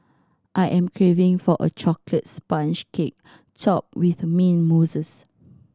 I am craving for a chocolate sponge cake topped with mint mousse